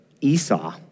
Esau